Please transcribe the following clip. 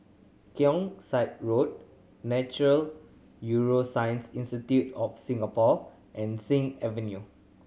Keong Saik Road Nature Neuroscience Institute of Singapore and Sing Avenue